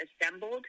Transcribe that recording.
assembled